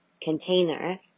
container